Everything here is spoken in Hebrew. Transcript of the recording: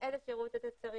לראות איזה שירות הם צריכים,